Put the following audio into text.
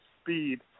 speed